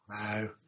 No